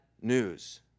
news